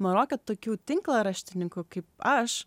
maroke tokių tinklaraštininkų kaip aš